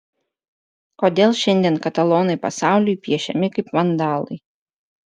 kodėl šiandien katalonai pasauliui piešiami kaip vandalai